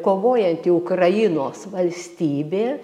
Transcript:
kovojanti ukrainos valstybė